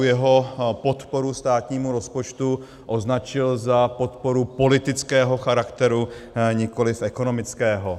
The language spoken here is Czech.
Jeho podporu státnímu rozpočtu bych označil za podporu politického charakteru, nikoli ekonomického.